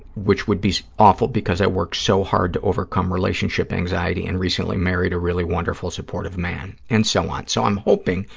which would be awful because i worked so hard to overcome relationship anxiety and recently married a really wonderful, supportive man, and so on, so i'm hoping,